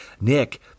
Nick